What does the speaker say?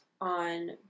on